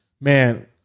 man